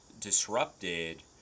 disrupted